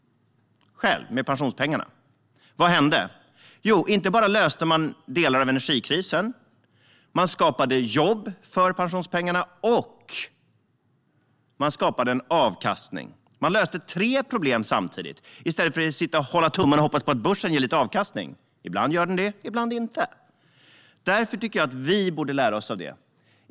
Vad hände? Jo, man inte bara löste delar av energikrisen, utan man skapade jobb för pensionspengarna och man skapade avkastning. Man löste tre problem samtidigt i stället för att sitta och hålla tummarna och hoppas att börsen ska ge lite avkastning. Ibland gör den det, ibland inte. Därför tycker jag att vi borde lära oss av detta.